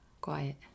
quiet